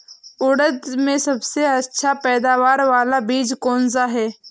उड़द में सबसे अच्छा पैदावार वाला बीज कौन सा है?